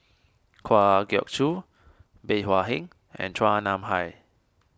Kwa Geok Choo Bey Hua Heng and Chua Nam Hai